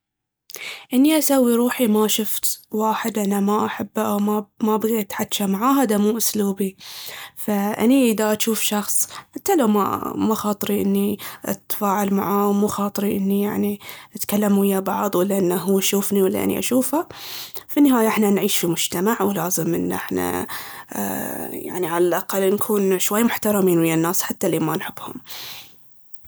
إني أسوي روحي ما شفت واحد انا ما احبه أو ما ابغي اتحجى معاه هاذا مو أسلوبي. فأني اذا اجوف شخص حتى لو ما خاطري اني اتفاعل معاه ومو خاطري اني يعني أتكلم ويا بعض ولا انه هو يشوفني ولا أني اشوفه في النهاية احنا نعيش في مجتمع ولازم انا احنا يعني على الأقل نكون شوي محترمين ويا الناس حتى لين ما نحبهم